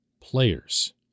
players